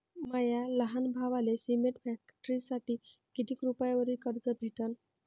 माया लहान भावाले सिमेंट फॅक्टरीसाठी कितीक रुपयावरी कर्ज भेटनं?